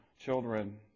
children